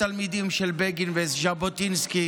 התלמידים של בגין וז'בוטינסקי,